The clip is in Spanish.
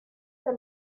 que